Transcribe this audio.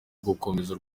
ugukomeza